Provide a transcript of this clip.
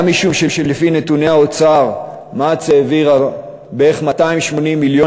גם משום שלפי נתוני האוצר מע"צ העבירה בערך 280 מיליון